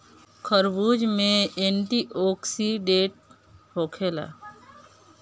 खरबूज में एंटीओक्सिडेंट होखेला